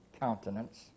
countenance